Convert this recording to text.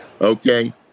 okay